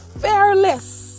fearless